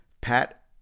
Pat